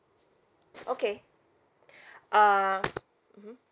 okay uh mmhmm